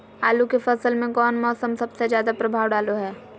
आलू के फसल में कौन मौसम सबसे ज्यादा प्रभाव डालो हय?